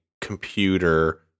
computer